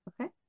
okay